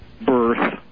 birth